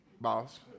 boss